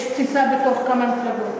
יש תסיסה בתוך כמה מפלגות.